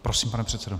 Prosím, pane předsedo.